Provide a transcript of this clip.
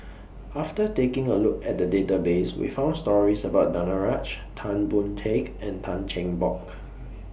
after taking A Look At The Database We found stories about Danaraj Tan Boon Teik and Tan Cheng Bock